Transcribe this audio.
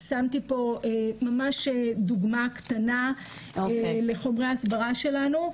שמתי פה ממש דוגמה קטנה לחומרי ההסברה שלנו.